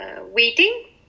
waiting